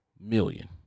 million